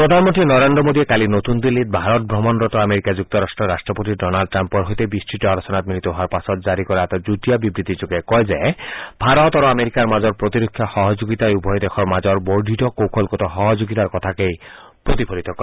প্ৰধানমন্ত্ৰী নৰেন্দ্ৰ মোদীয়ে কালি নতুন দিল্লীত ভাৰত ভ্ৰমণৰত আমেৰিকা যুক্তৰাট্টৰ ৰট্টপতি ডনাল্ড ট্ৰাম্পৰ সৈতে বিস্তত আলোচনাত মিলিত হোৱাৰ পাছত জাৰি কৰা এটা যুটীয়া বিবৃতিযোগে কয় যে ভাৰত আৰু আমেৰিকাৰ মাজৰ প্ৰতিৰক্ষা সহযোগিতাই উভয় দেশৰ মাজৰ বৰ্ধিত কৌশলগত সহযোগিতাৰ কথাকে প্ৰতিফলিত কৰে